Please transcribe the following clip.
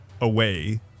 away